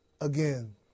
again